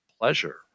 pleasure